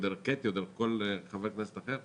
או דרך קטי או דרך כל חבר כנסת אחר,